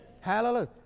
Hallelujah